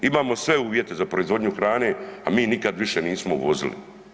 Imamo sve uvjete za proizvodnju hrane, a mi nikad više nismo uvozili.